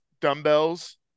dumbbells